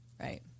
Right